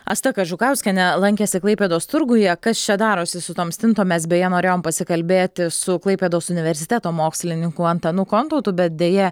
asta kažukauskienė lankėsi klaipėdos turguje kas čia darosi su tom stintom mes beje norėjom pasikalbėti su klaipėdos universiteto mokslininku antanu kontautu bet deja